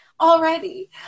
already